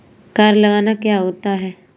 Car loan क्या होता है?